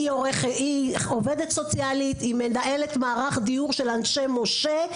היא עובדת סוציאלית ומנהלת מערך דיור של אנשי משה.